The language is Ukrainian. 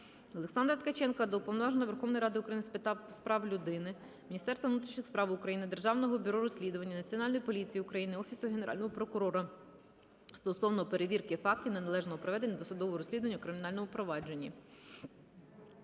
Олександра Ткаченка до Уповноваженого Верховної Ради України з прав людини, Міністерства внутрішніх справ України, Державного бюро розслідувань, Національної поліції України, Офісу Генерального прокурора стосовно перевірки фактів неналежного проведення досудового розслідування у кримінальному провадженні.